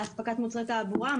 אספקת מוצרי תעבורה,